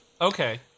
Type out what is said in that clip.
Okay